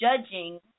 judging